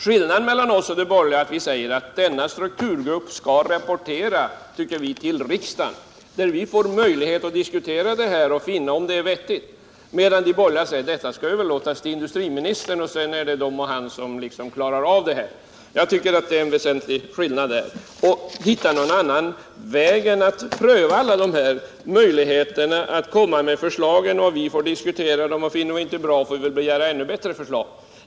Skillnaden mellan oss och de borgerliga är att vi säger att strukturgruppen skall rapportera till riksdagen som därefter får möjlighet att diskutera förslaget och ta ställning till om det är vettigt, medan de borgerliga säger att utredningen skall överlämnas till industriministern, och sedan är det han som tar ställning. Det är en väsentlig skillnad. Närstrukturgruppen har lagt fram sitt förslag får vi diskutera det, och är det inte bra får vi begära ett ännu bättre förslag.